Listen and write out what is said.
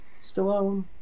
Stallone